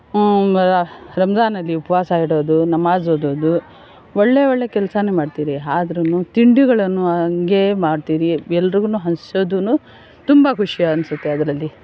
ರಂಜಾನಲ್ಲಿ ಉಪವಾಸ ಇರೋದು ನಮಾಜ್ ಓದೋದು ಒಳ್ಳೆ ಒಳ್ಳೆ ಕೆಲಸನೇ ಮಾಡ್ತೀವಿ ಆದರೂ ತಿಂಡಿಗಳನ್ನು ಹಾಗೆ ಮಾಡ್ತೀವಿ ಎಲ್ರಿಗೂನು ಹಂಚೋದೂ ತುಂಬ ಖುಷಿ ಅನ್ಸತ್ತೆ ಅದರಲ್ಲಿ